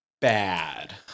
Bad